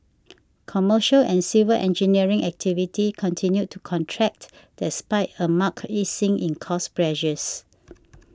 commercial and civil engineering activity continued to contract despite a marked easing in cost pressures